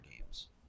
games